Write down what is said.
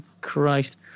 christ